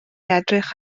edrych